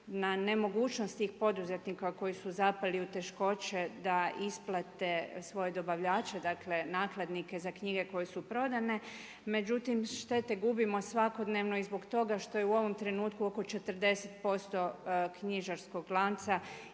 na nemogućnosti tih poduzetnika koji su zapeli u teškoće da isplate svoje dobavljače, dakle nakladnike za knjige koje su prodane. Međutim štete gubimo svakodnevno i zbog toga što je u ovom trenutku oko 40% knjižarskog lanca